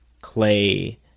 Clay